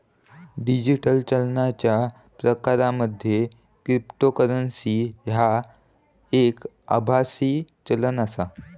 digital चालनाच्या प्रकारांमध्ये cryptocurrency ह्या एक आभासी चलन आसा